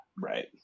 Right